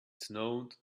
snowed